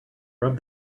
rub